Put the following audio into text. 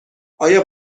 آیا